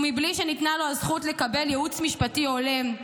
ומבלי שניתנה לו הזכות לקבל ייעוץ משפטי הולם.